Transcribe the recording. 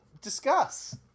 discuss